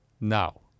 Now